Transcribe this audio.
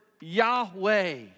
Yahweh